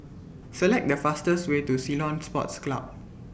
Select The fastest Way to Ceylon Sports Club